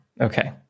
Okay